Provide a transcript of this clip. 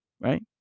right